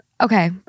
okay